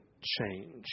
change